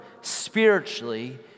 spiritually